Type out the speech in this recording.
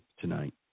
tonight